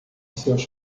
seus